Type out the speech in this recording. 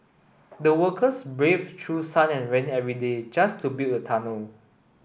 the workers braved through sun and rain every day just to build a tunnel